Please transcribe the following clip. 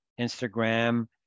Instagram